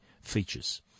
features